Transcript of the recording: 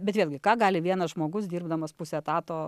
bet vėlgi ką gali vienas žmogus dirbdamas puse etato